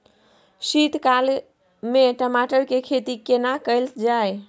शीत काल में टमाटर के खेती केना कैल जाय?